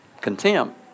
contempt